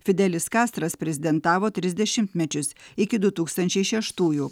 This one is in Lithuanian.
fidelis kastras prezidentavo tris dešimtmečius iki du tūkstančiai šeštųjų